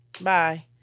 Bye